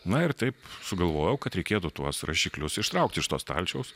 na ir taip sugalvojau kad reikėtų tuos rašiklius ištraukt iš to stalčiaus